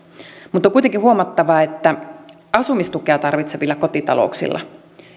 mutta on kuitenkin huomattava että asumistukea tarvitsevilla kotita louksilla